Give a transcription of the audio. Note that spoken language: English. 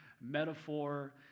metaphor